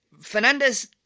Fernandez